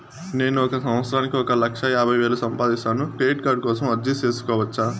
నేను ఒక సంవత్సరానికి ఒక లక్ష యాభై వేలు సంపాదిస్తాను, క్రెడిట్ కార్డు కోసం అర్జీ సేసుకోవచ్చా?